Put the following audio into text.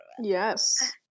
yes